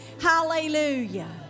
hallelujah